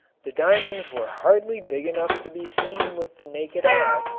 the diamonds were hardly big enough to be seen with the naked eye,